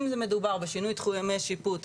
אם מדובר בשינוי תחומי שיפוט,